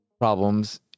problems